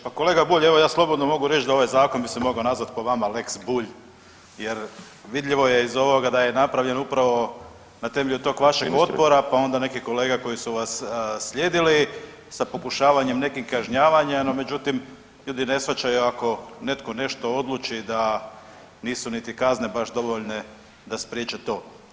Pa kolega Bulj, evo ja slobodno ovaj zakon bi se mogao nazvati po vama lex Bulj, jer vidljivo je iz ovoga da je napravljen upravo na temelju tog vašeg otpora pa onda nekih kolega koji su vas slijedili sa pokušavanjem nekih kažnjavanja no međutim ljudi ne shvaćaju ako netko nešto odluči da nisu niti kazne baš dovoljne da spriječe to.